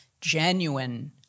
genuine